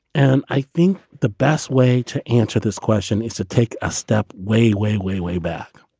and i think the best way to answer this question is to take a step. way, way, way, way back.